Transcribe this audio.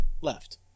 left